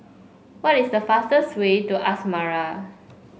what is the fastest way to Asmara